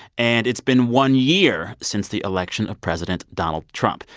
and it's been one year since the election of president donald trump.